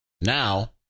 now